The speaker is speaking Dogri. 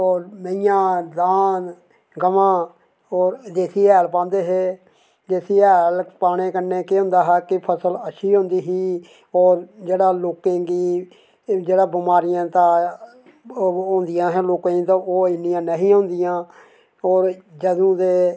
एहे मैंहियां दांद गवांऽ जेह्का देसी हैल पांदे हे देसी हैल पाने कन्नै केह् होंदा हा की जेह्की फसल अच्छी होंदी ही जेह्ड़ा लोकें गी एह् जेह्ड़ा बमारियें दा ओह् होंदियां हियां जेह्कियां ओह् इन्नियां नेईं होंदियां हियां होर गर्मी दे